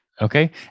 Okay